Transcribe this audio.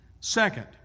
Second